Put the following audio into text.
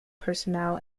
personnel